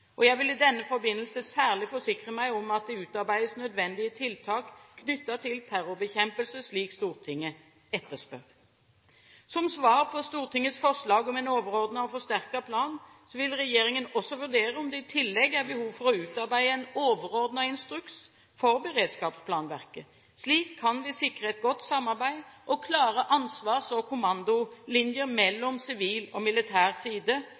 Jeg vil i denne forbindelse særlig forsikre meg om at det utarbeides nødvendige tiltak knyttet til terrorbekjempelse, slik Stortinget etterspør. Som svar på Stortingets forslag om en overordnet og forsterket plan vil regjeringen også vurdere om det i tillegg er behov for å utarbeide en overordnet instruks for beredskapsplanverket. Slik kan vi sikre et godt samarbeid og klare ansvars- og kommandolinjer mellom sivil og militær side,